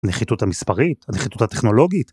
נחיתות המספרית, הנחיתות הטכנולוגית.